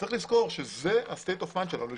צריך לזכור שזה ה-סטייט אוף מיינד שלנו.